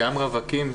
גם רווקים,